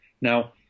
Now